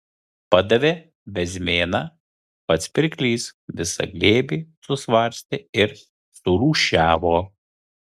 padavė bezmėną pats pirklys visą glėbį susvarstė ir surūšiavo